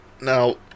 Now